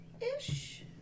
ish